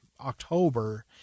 October